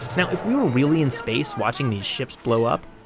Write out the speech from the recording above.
now, if we were really in space watching these ships blow up,